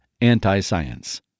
anti-science